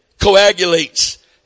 coagulates